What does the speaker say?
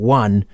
one